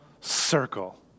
circle